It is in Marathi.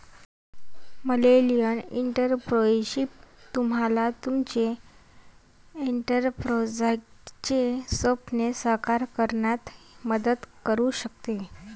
मिलेनियल एंटरप्रेन्योरशिप तुम्हाला तुमचे एंटरप्राइझचे स्वप्न साकार करण्यात मदत करू शकते